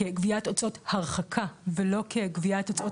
כגביית הוצאות הרחקה ולא כגביית הוצאות